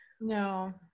No